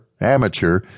amateur